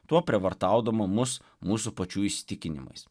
tuo prievartaudama mus mūsų pačių įsitikinimais